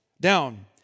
down